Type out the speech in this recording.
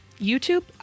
YouTube